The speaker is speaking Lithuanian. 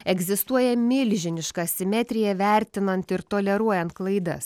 egzistuoja milžiniška asimetrija vertinant ir toleruojant klaidas